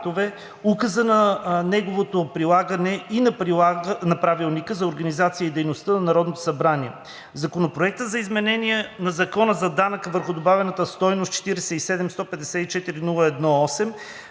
Указа за неговото прилагане и на Правилника за организацията и дейността на Народното събрание. Законопроектът за изменение на Закона за данък върху добавената стойност, № 47-154-01-8,